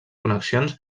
connexions